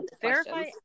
verify